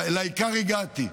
לעיקר הגעתי.